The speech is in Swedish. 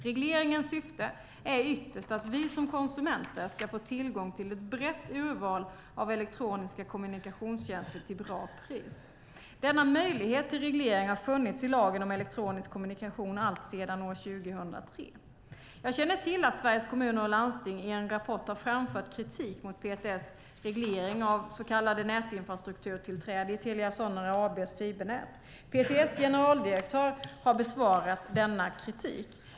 Regleringens syfte är ytterst att vi som konsumenter ska få tillgång till ett brett urval av elektroniska kommunikationstjänster till bra pris. Denna möjlighet till reglering har funnits i lagen om elektronisk kommunikation alltsedan år 2003. Jag känner till att Sveriges Kommuner och Landsting i en rapport har framfört kritik mot PTS reglering av så kallat nätinfrastrukturtillträde i Telia Soneras AB:s fibernät. PTS generaldirektör har besvarat denna kritik.